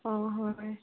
অঁ হয়